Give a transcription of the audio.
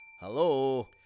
Hello